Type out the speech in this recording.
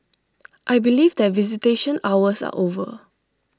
I believe that visitation hours are over